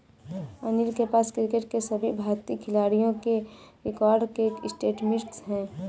अनिल के पास क्रिकेट के सभी भारतीय खिलाडियों के रिकॉर्ड के स्टेटिस्टिक्स है